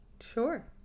Sure